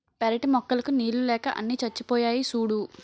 పెరటి మొక్కలకు నీళ్ళు లేక అన్నీ చచ్చిపోయాయి సూడూ